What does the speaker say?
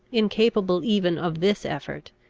incapable even of this effort,